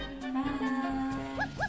bye